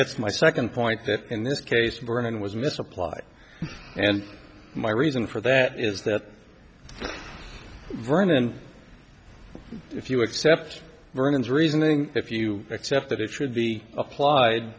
gets my second point that in this case vernon was misapplied and my reason for that is that vernon if you accept vernon's reasoning if you accept that it should be applied